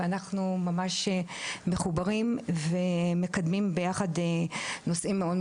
ואנחנו ממש מחוברים ומקדמים ביחד נושאים מאוד,